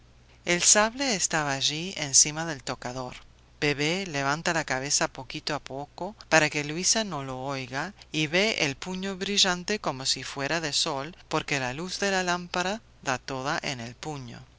el sable está allí encima del tocador bebé levanta la cabeza poquito a poco para que luisa no lo oiga y ve el puño brillante como si fuera de sol porque la luz de la lámpara da toda en el puño